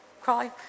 cry